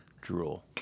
Drool